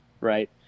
right